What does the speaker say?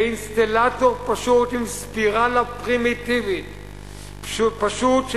לאינסטלטור פשוט עם ספירלה פרימיטיבית ופשוטה,